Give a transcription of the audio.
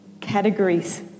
categories